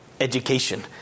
education